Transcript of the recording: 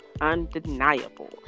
undeniable